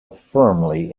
firmly